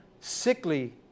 sickly